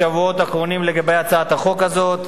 בשבועות האחרונים לגבי הצעת החוק הזאת,